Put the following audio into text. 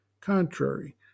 contrary